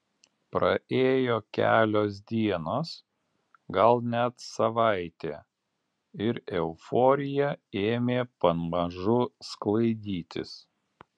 praėjo kelios dienos gal net savaitė ir euforija ėmė pamažu sklaidytis